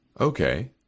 Okay